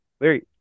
Larry